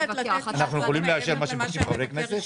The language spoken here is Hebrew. אנחנו יכולים לאשר מה שמבקשים חברי כנסת?